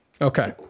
okay